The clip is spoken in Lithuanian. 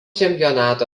čempionato